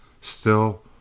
Still